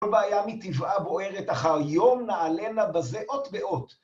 כל בעיה מטבעה בוערת אחר יום נעלנה בזה אות ואות